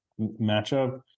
matchup